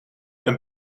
een